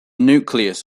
nucleus